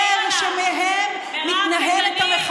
הפאר שמהם מתנהלת,